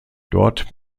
dort